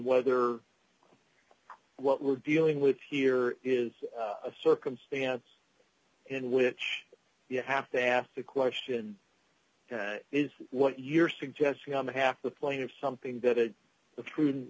whether what we're dealing with here is a circumstance in which you have to ask the question is what you're suggesting on the half the plane of something that